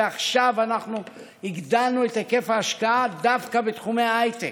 ועכשיו אנחנו הגדלנו את היקף ההשקעה דווקא בתחומי ההייטק: